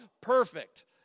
perfect